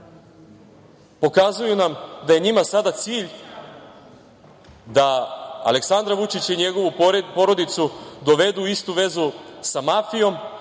pokazuju nam da je njima sada cilj da Aleksandra Vučića i njegovu porodicu dovedu u istu vezu sa mafijom